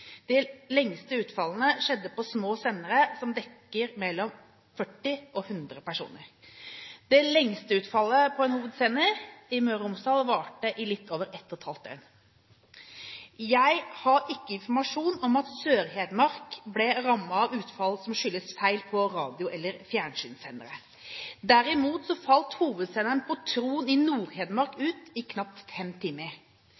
De lengste utfallene skjedde på små sendere som dekker mellom 40 og 100 personer. Det lengste utfallet på en hovedsender i Møre og Romsdal varte i litt over ett og et halvt døgn. Jeg har ikke informasjon om at Sør-Hedmark ble rammet av utfall som skyldes feil på radio- eller fjernsynssendere. Derimot falt hovedsenderen på Tron i Nord-Hedmark ut i knapt fem timer.